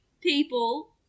people